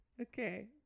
Okay